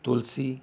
ਤੁਲਸੀ